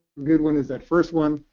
good one is that first one.